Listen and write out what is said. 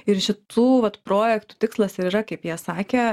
ir šitų vat projektų tikslas ir yra kaip jie sakė